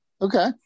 okay